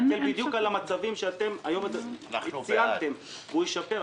זה עונה בדיוק על המצבים שאתם ציינתם, הוא ישפר.